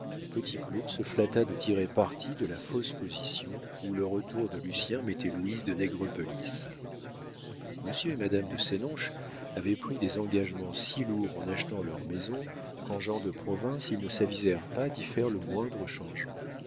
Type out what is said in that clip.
petit claud se flatta de tirer parti de la fausse position où le retour de lucien mettait louise de nègrepelisse monsieur et madame de sénonches avaient pris des engagements si lourds en achetant leur maison qu'en gens de province ils ne s'avisèrent pas d'y faire le moindre changement